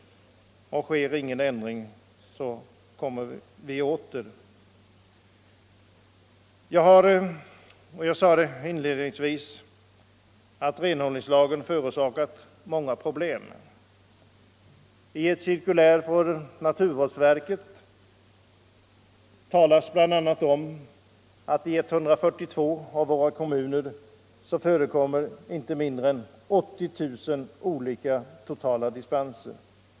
Sker ingen ändring återkommer vi. Jag sade inledningsvis att renhållningslagen förorsakat många problem. Av ett cirkulär från naturvårdsverket framgår att i 142 kommuner förekommer inte mindre än totalt 80 000 dispenser.